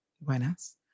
buenas